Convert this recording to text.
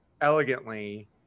elegantly